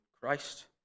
Christ